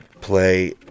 play